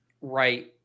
right